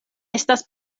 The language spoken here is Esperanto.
estas